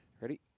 Ready